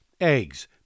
eggs